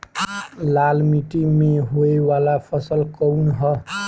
लाल मीट्टी में होए वाला फसल कउन ह?